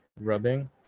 rubbing